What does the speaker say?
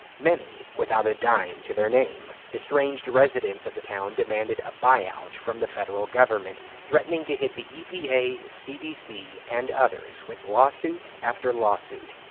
many without a dime to their name? estranged residents of the town demanded a buyout from the federal government, threatening to hit the epa, cdc, and others with lawsuit after lawsuit.